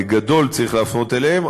בגדול צריך להפנות אליהם.